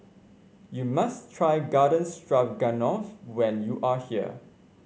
you must try Garden Stroganoff when you are here